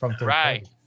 Right